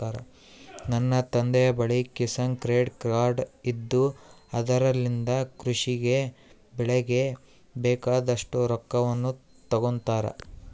ನನ್ನ ತಂದೆಯ ಬಳಿ ಕಿಸಾನ್ ಕ್ರೆಡ್ ಕಾರ್ಡ್ ಇದ್ದು ಅದರಲಿಂದ ಕೃಷಿ ಗೆ ಬೆಳೆಗೆ ಬೇಕಾದಷ್ಟು ರೊಕ್ಕವನ್ನು ತಗೊಂತಾರ